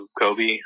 Kobe